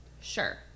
Sure